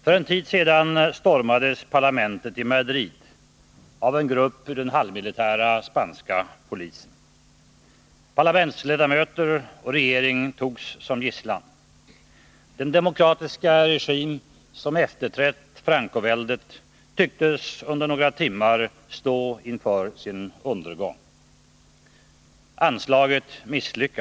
Herr talman! För en tid sedan stormades parlamentet i Madrid av en grupp ur den halvmilitära spanska polisen. Parlamentsledamöter och regering togs som gisslan. Den demokratiska regim som efterträtt Francoväldet tycktes under några timmar stå inför sin undergång.